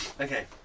Okay